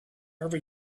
every